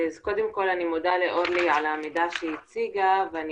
אז קודם כל אני מודה לאורלי על המידע שהיא הציגה ואני